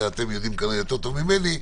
אתם יודעים את זה יותר טוב ממני.